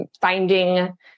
finding